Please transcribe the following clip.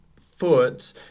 foot